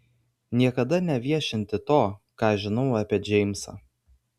niekada neviešinti to ką žinau apie džeimsą